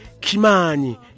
Kimani